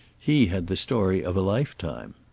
he had the story of a lifetime.